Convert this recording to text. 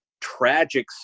tragic